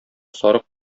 сарык